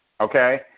Okay